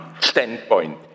standpoint